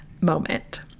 moment